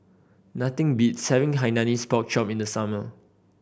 nothing beats having Hainanese Pork Chop in the summer